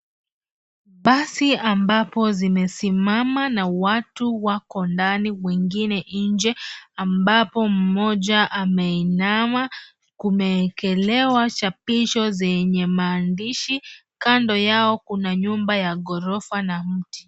Basi ambapo zimesimama na watu wako ndani wengine nje ambapo mmoja ameinama kumewekelewa chapisho zenye maandishi . Kando yao kuna nyumba ya ghorofa na mti.